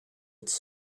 its